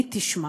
מי תשמע,